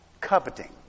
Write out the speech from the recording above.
coveting